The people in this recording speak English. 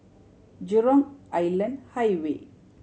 Jurong Island Highway